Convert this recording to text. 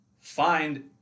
find